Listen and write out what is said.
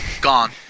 Gone